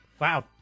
Wow